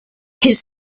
his